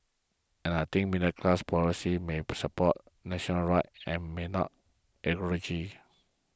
and I think middle class politics may support national and may not